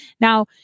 Now